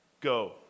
go